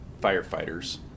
firefighters